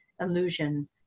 illusion